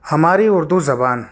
ہماری اردو زبان